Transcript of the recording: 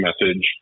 message